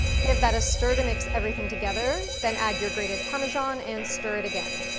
give that a stir to mix everything together, then add your grated parmesan and stir it again.